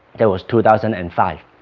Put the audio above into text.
that was two thousand and five